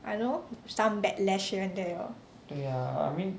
I don't know some backlash here and there lor